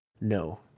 no